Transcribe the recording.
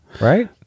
right